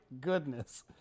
goodness